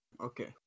okay